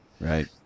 right